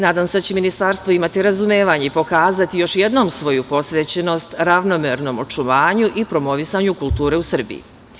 Nadam se da će Ministarstvo imati razumevanja i pokazati još jednom svoju posvećenost ravnomernom očuvanju i promovisanju kulture u Srbiji.